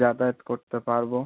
যাতায়াত করতে পারবো